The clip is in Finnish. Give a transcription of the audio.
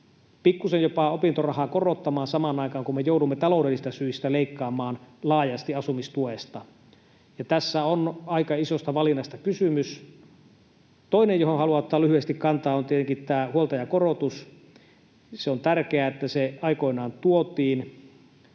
pikkusen jopa korottamaan opintorahaa samaan aikaan kun me joudumme taloudellisista syistä leikkaamaan laajasti asumistuesta. Tässä on aika isosta valinnasta kysymys. Toinen, johon haluan ottaa lyhyesti kantaa, on tietenkin huoltajakorotus: On tärkeää, että se aikoinaan tuotiin.